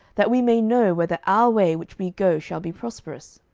that we may know whether our way which we go shall be prosperous.